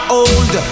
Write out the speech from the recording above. old